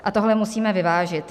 A tohle musíme vyvážit.